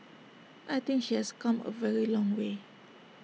I think she has come A very long way